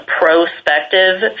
prospective